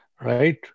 right